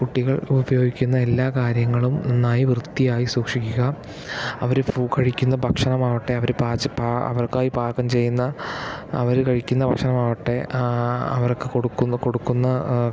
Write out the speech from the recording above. കുട്ടികൾ ഉപയോഗിക്കുന്ന എല്ലാ കാര്യങ്ങളും നന്നായി വൃത്തിയായി സൂക്ഷിക്കുക അവര് ഭു കഴിക്കുന്ന ഭക്ഷണം ആകട്ടെ അവര് പാ പാച അവർക്കായി പാകം ചെയ്യുന്ന അവര് കഴിക്കുന്ന ഭക്ഷണം ആകട്ടെ അവർക്ക് കൊടുക്കുമ്പോൾ കൊടുക്കുന്ന